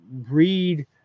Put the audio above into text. read